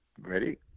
Ready